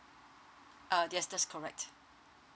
uh yes that's correct